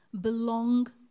belong